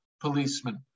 policeman